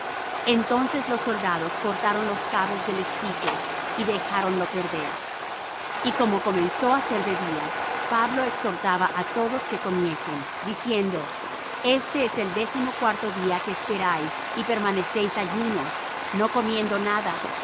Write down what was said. entonces los soldados cortaron los cabos del esquife y dejáronlo perder y como comenzó á ser de día pablo exhortaba á todos que comiesen diciendo este es el décimocuarto día que esperáis y permanecéis ayunos no comiendo nada